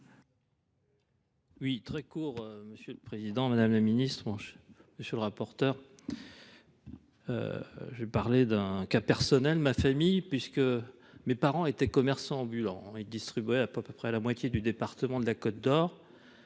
Très court, Monsieur le Président, Madame la Ministre, Monsieur le Rapporteur. J'ai parlé d'un cas personnel, ma famille, puisque mes parents étaient commerçants ambulants. Ils distribuaient à peu près la moitié du département de la Côte d'Or.